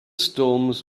storms